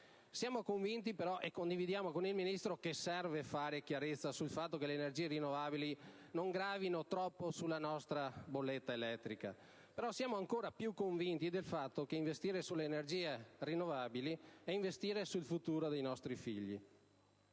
Siamo convinti - e concordiamo con il Ministro - che serva fare chiarezza sul fatto che le energie rinnovabili non gravino troppo sulla nostra bolletta elettrica. Siamo ancora più convinti del fatto che investire sulle rinnovabili è investire sul futuro dei nostri figli.